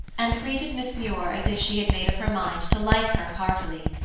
and greeted miss muir as if she had made up her mind to like her heartily.